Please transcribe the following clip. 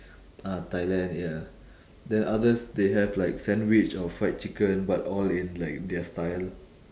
ah thailand ya then others they have like sandwich or fried chicken but all in like their style